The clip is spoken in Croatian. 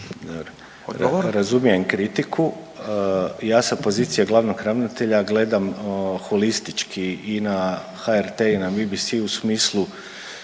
Razumijem kritiku. Ja sa pozicije glavnog ravnatelja gledam holistički i na HRT i na BBC u smislu